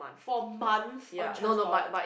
for months on transport